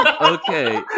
Okay